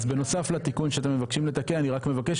אז בנוסף לתיקון שאתם מבקשים לתקן אני מבקש